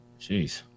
Jeez